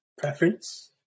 preference